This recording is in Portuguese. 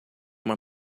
uma